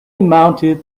mounted